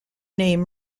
name